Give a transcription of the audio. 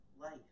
life